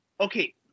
okay